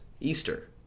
Easter